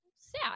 sad